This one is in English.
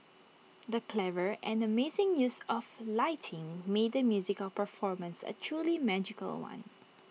the clever and amazing use of lighting made the musical performance A truly magical one